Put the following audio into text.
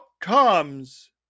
comes